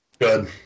Good